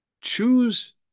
choose